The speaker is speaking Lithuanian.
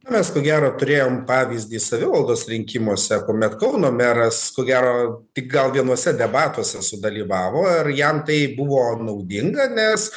mes ko gero turėjom pavyzdį savivaldos rinkimuose kuomet kauno meras ko gero tik gal vienuose debatuose sudalyvavo ir jam tai buvo naudinga nes